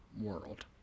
world